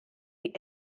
die